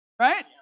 right